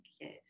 Yes